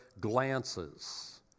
glances